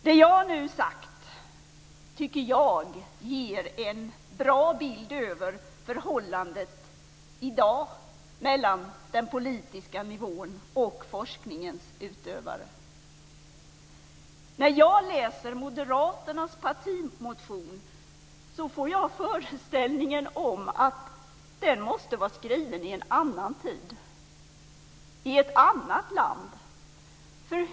Det jag nu sagt tycker jag ger en bra bild av förhållandet i dag mellan den politiska nivån och forskningens utövare. När jag läser moderaternas partimotion får jag föreställningen att den måste vara skriven i en annan tid, i ett annat land.